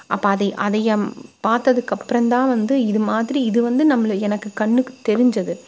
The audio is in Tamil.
அப்போ அதை அதையும் பார்த்ததுக்கப்புறம் தான் வந்து இது மாதிரி இது வந்து நம்ப எனக்கு கண்ணுக்கு தெரிஞ்சது